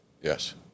Yes